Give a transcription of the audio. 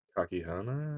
Kakihana